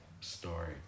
Story